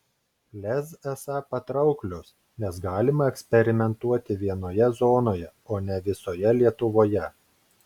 lez esą patrauklios nes galima eksperimentuoti vienoje zonoje o ne visoje lietuvoje